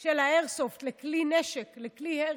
של האיירסופט לכלי נשק, לכלי הרג,